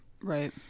Right